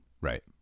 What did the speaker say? Right